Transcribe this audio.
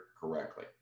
correctly